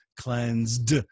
Cleansed